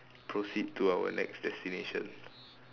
proceed to our next destination